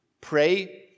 pray